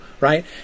right